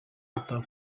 ata